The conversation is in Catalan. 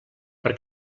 per